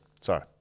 Sorry